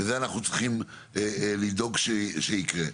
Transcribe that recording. אנחנו צריכים לבדוק שזה יקרה.